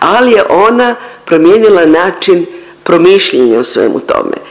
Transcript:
ali je ona promijenila način promišljanja u svemu tome.